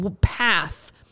path